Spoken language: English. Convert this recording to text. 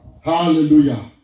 Hallelujah